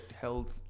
held